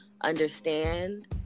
understand